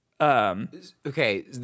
Okay